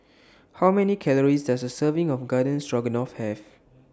How Many Calories Does A Serving of Garden Stroganoff Have